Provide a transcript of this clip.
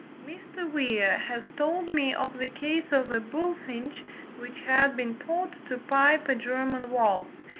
mr. weir has told me of the case of a bullfinch which had been taught to pipe a german waltz,